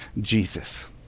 Jesus